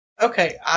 Okay